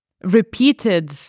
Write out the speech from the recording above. repeated